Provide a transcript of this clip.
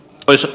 toiset